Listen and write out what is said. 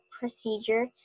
procedure